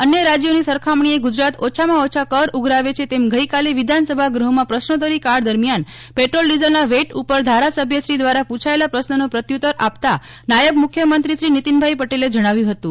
અન્ય રાજ્યોની સરખામણીએ ગુજરાત ઓછામાં ઓછા કર ઉઘરાવે છે તેમ આજે વિધાનસભા ગૂહમાં પ્રશ્નોતરી કાળ દરમિયાન પેટ્રોલ ડિઝલના વેટ ઉપર ધારાસભ્યશ્રી દ્વારા પૂછાયેલા પ્રશ્રનો પ્રત્યુત્તર આપતા નાયબ મુખ્યમંત્રી શ્રી નીતિનભાઇ પટેલે જજ્ઞાવ્યું હતું